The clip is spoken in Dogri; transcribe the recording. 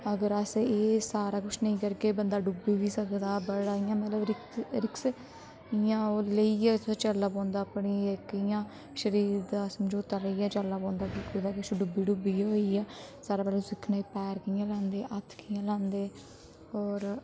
अगर अस एह् सारा कुछ नेईं करगे बंदा डुब्बी बी सकदा बड़ा इयां मतलब गी रिक रिक्स इयां ओह् लेइयै चलना पौंदा अपनी इक इ'यां शरीर दा समझोता लेइयै चलना पौंदा कि कुदै किश डुब्बी डुब्बी होई गेआ सारां हा पैह्ले सिक्खने पैर कियां ल्हांदे हत्थ कियां ल्हांदे होर